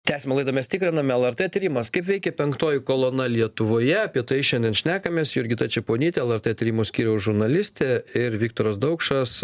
tęsiame laidą mes tikriname lrt tyrimas kaip veikia penktoji kolona lietuvoje apie tai šiandien šnekamės jurgita čeponytė lrt tyrimų skyriaus žurnalistė ir viktoras daukšas